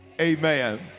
amen